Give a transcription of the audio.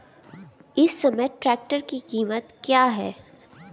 इस समय ट्रैक्टर की कीमत क्या है?